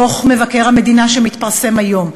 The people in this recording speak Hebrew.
דוח מבקר המדינה שמתפרסם היום.